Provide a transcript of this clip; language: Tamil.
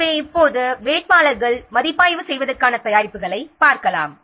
எனவே இப்போது வேட்பாளர்கள் மதிப்பாய்வு செய்வதற்கான தயாரிப்புகளைப் பார்ப்போம்